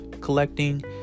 collecting